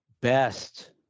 best